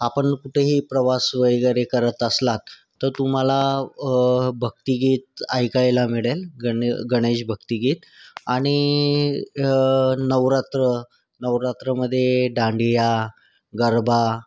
आपण कुठंही प्रवास वगैरे करत असलात तर तुम्हाला भक्तीगीत ऐकायला मिळेल गण गणेश भक्तीगीत आणि नवरात्र नवरात्रमध्ये डांडिया गरबा